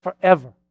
forever